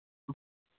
ಹ್ಞೂ